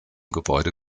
gebäude